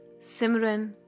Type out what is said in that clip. Simran